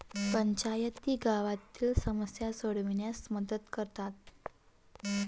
पंचायती गावातील समस्या सोडविण्यास मदत करतात